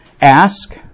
Ask